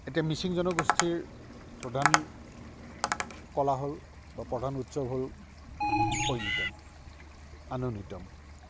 এতিয়া মিচিং জনগোষ্ঠীৰ প্ৰধান কলা হ'ল বা প্ৰধান উৎসৱ হ'ল ঐনিতম আনঐনিতম